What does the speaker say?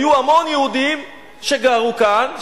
היו המון יהודים שגרו כאן,